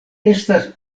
estas